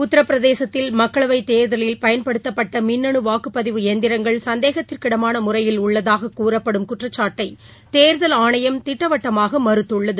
உத்திரபிரதேசத்தில் மக்களவைத் தேர்தலில் பயன்படுத்தப்பட்ட மின்னணு வாக்குப்பதிவு எந்திரங்கள் சந்தேக்திற்கிடமான முறையில் உள்ளதாக கூறப்படும் குற்றச்சாட்டை தேர்தல் ஆணையம் திட்டவட்டமாக மறுத்துள்ளது